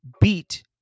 beat